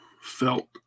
felt